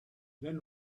then